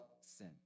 sin